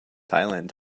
thailand